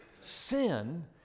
sin